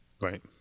Right